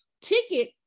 ticket